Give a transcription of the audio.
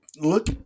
look